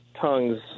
tongues